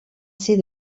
ser